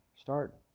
Start